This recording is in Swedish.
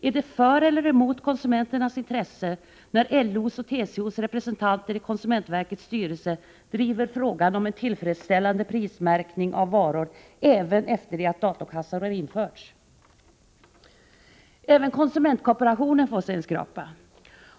Är det för eller emot konsumenternas intressen när LO:s och TCO:s representanter i konsumentverkets styrelse driver frågan om en tillfredsställande prismärkning av varor även efter det att datakassor har införts. Även konsumentkooperationen får sig en skrapa.